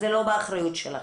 זה לא באחריות שלכם.